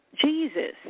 Jesus